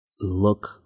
look